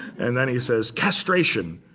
and then he says, castration,